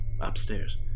upstairs